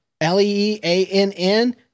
L-E-E-A-N-N